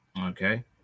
okay